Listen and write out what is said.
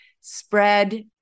spread